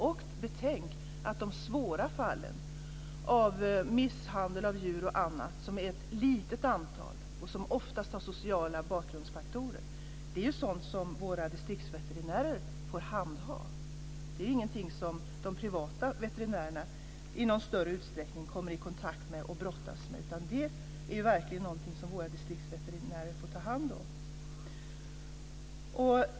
Och betänk att de svåra fallen av misshandel och annat av djur som är ett litet antal och som oftast har sociala bakgrundsfaktorer är sådant som våra distriktsveterinärer får handha. Det är ingenting som de privata veterinärerna i någon större utsträckning kommer i kontakt med och brottas med, utan det är verkligen någonting som våra distriktsveterinärer får ta hand om.